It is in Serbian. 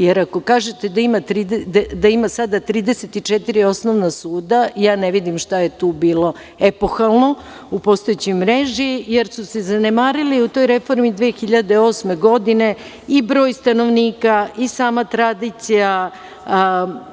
Jer, ako kažete da ima sada 34 osnovna suda, ne vidim šta je tu bilo epohalno u postojećoj mreži, jer su se zanemarili u toj reformi 2008. godine i broj stanovnika i sama tradicija